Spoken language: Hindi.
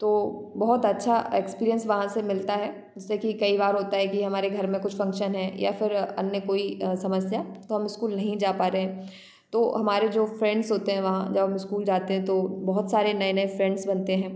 तो बहुत अच्छा एक्सपीरियंस वहाँ से मिलता है जैसे कि कई बार होता है कि हमारे घर में कुछ फंक्शन है या फ़िर अन्य कोई समस्या तो हम स्कूल नहीं जा पा रहे हैं तो हमारे जो फ्रेंड्स होते हैं वहाँ जब हम स्कूल जाते हैं तो बहुत सारे नए नए फ्रेंड्स बनते हैं